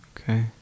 Okay